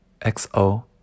XO